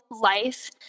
life